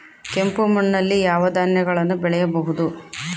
ಕೆಂಪು ಮಣ್ಣಲ್ಲಿ ಯಾವ ಧಾನ್ಯಗಳನ್ನು ಬೆಳೆಯಬಹುದು?